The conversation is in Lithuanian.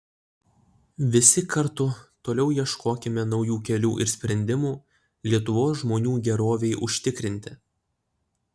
visi kartu toliau ieškokime naujų kelių ir sprendimų lietuvos žmonių gerovei užtikrinti